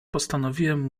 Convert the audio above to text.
postanowiłem